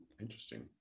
Interesting